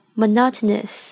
,monotonous